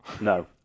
No